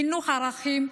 חינוך לערכים,